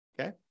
Okay